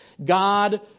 God